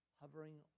hovering